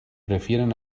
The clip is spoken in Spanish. prefieren